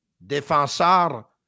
Défenseur